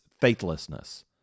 faithlessness